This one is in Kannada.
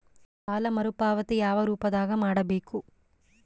ಸಾಲ ಮರುಪಾವತಿ ಯಾವ ರೂಪದಾಗ ಮಾಡಬೇಕು?